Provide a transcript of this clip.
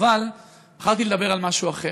אבל בחרתי לדבר על משהו אחר.